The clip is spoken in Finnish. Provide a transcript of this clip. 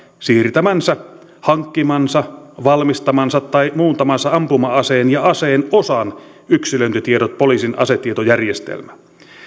siirtämänsä hankkimansa valmistamansa tai muuntamansa ampuma aseen ja aseen osan yksilöintitiedot poliisin asetietojärjestelmään